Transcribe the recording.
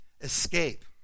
escape